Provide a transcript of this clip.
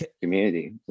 community